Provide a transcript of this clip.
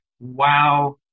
wow